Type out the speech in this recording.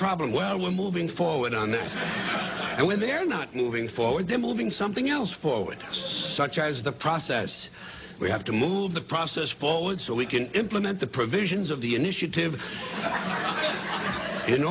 problem well we're moving forward on this and when they're not moving forward then moving something else forward as such as the process we have to move the process forward so we can implement the provisions of the initiative in